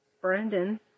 Brandon